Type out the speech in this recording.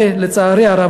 לצערי הרב,